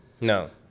no